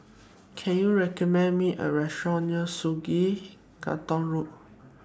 Can YOU recommend Me A Restaurant near Sungei Gedong Road